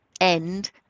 end